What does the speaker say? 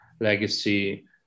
legacy